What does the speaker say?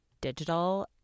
digital